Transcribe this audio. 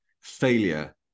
failure